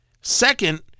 Second